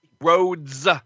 Roads